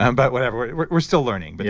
um but whatever we're we're still learning. but